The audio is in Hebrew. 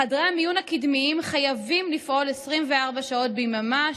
חדרי המיון הקדמיים חייבים לפעול 24 שעות ביממה,